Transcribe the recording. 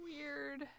Weird